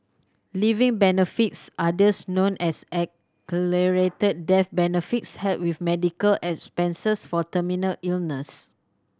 living benefits others known as accelerated death benefits help with medical expenses for terminal illness